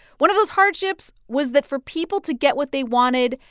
one of those hardships was that for people to get what they wanted,